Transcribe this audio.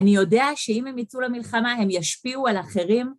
אני יודע שאם הם יצאו למלחמה הם ישפיעו על אחרים.